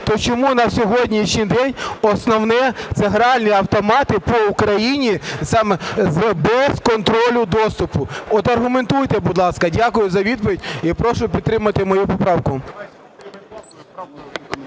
То чому на сьогоднішній день основне – це гральні автомати по Україні без контролю доступу? От аргументуйте, будь ласка. Дякую за відповідь і прошу підтримати мою поправку.